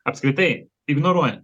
apskritai ignoruoja